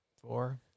four